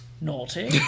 naughty